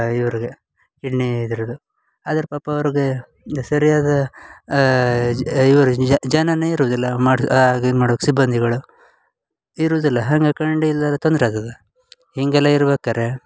ಇವ್ರಿಗೆ ಕಿಡ್ನಿ ಇದರದು ಆದರೆ ಪಾಪ ಅವ್ರಿಗೆ ಸರಿಯಾದ ಇವರು ಜನರೇ ಇರುವುದಿಲ್ಲ ಮಾಡ್ಸಿ ಆಗ ಮಾಡಕ್ಕೆ ಸಿಬ್ಬಂದಿಗಳು ಇರುವುದಿಲ್ಲ ಹಂಗೆ ಐಕಂಡು ಇಲ್ಲೆಲ್ಲ ತೊಂದರೆ ಆದದ್ದು ಹೀಗೆಲ್ಲ ಇರ್ಬೇಕಾರೆ